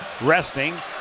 resting